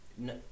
No